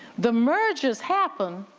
the mergers happen,